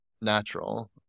natural